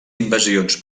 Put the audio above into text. invasions